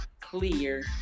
clear